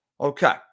Okay